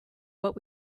what